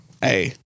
Hey